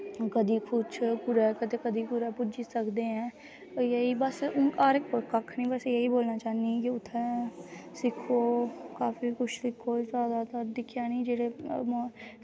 कदें किश कदें कदें कुतै पुज्जी सकदे ऐ इ'यै बस हून हर इक कक्ख निं बस इयै बोलना चाह्न्नी उत्थै सिक्खो काफी किश सिक्खो जैदातर दिक्खेआ निं जेह्ड़े